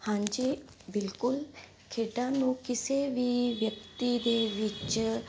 ਹਾਂਜੀ ਬਿਲਕੁਲ ਖੇਡਾਂ ਨੂੰ ਕਿਸੇ ਵੀ ਵਿਅਕਤੀ ਦੇ ਵਿੱਚ